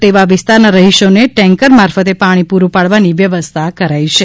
તેવા વિસ્તારના રહીશોને ટેન્કર મારફતે પાણી પુરૂ પાડવાની વ્યવસ્થા કરાઇ છે